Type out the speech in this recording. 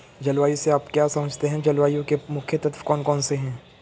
जलवायु से आप क्या समझते हैं जलवायु के मुख्य तत्व कौन कौन से हैं?